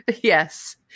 Yes